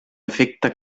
efecte